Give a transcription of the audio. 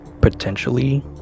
potentially